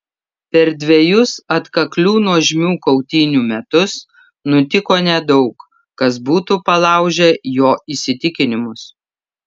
per dvejus atkaklių nuožmių kautynių metus nutiko nedaug kas būtų palaužę jo įsitikinimus